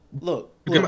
Look